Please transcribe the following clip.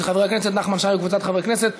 של חבר הכנסת נחמן שי וקבוצת חברי הכנסת.